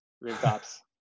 rooftops